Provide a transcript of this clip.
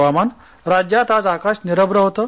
हवामान राज्यात आज आकाश निरश्र होतं